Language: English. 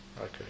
Okay